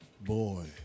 boy